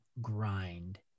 grind